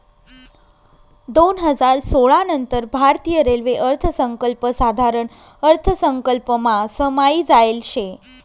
दोन हजार सोळा नंतर भारतीय रेल्वे अर्थसंकल्प साधारण अर्थसंकल्पमा समायी जायेल शे